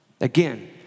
Again